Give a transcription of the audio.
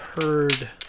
heard